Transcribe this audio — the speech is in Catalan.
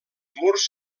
murs